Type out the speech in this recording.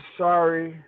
sorry